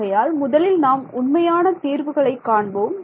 ஆகையால் முதலில் நாம் உண்மையான தீர்வுகளை காண்போம்